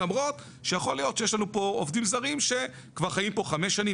למרות שיכול להיות שיש לנו פה עובדים זרים שכבר חיים פה חמש שנים